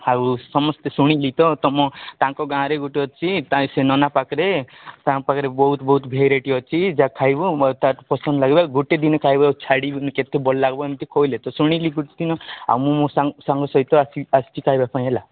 ଥାଉ ସମସ୍ତେ ଶୁଣିଲି ତ ତୁମ ତାଙ୍କ ଗାଁରେ ଗୋଟେ ଅଛି ତାଇ ସେଇ ନନା ପାଖରେ ତାଙ୍କ ପାଖରେ ବହୁତ ବହୁତ ଭେରାଇଟ୍ ଅଛି ଯା ଖାଇବ ତାକୁ ପସନ୍ଦ ଲାଗିଲା ଗୋଟେ ଦିନ ଖାଇବ ଛାଡ଼ିବନି କେତେ ଭଲ ଲାଗିବ ଏମିତି କହିଲେ ତ ଶୁଣିଲି ଗୋଟେ ଦିନ ଆଉ ମୁଁ ସାଙ୍ଗ ସହିତ ଆସି ଆସିଛି ଖାଇବା ପାଇଁ ହେଲା